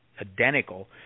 identical